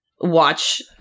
watch